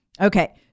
Okay